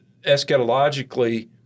eschatologically